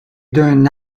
d’un